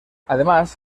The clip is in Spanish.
además